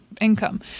income